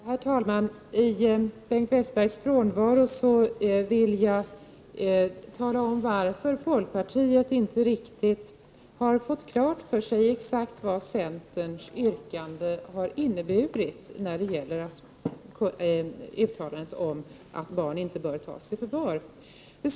Herr talman! I Bengt Westerbergs frånvaro vill jag tala om varför vi i folkpartiet inte riktigt har fått klart för oss vad centerns yrkande innebär när det gäller uttalandet om att barn inte bör tas i förvar.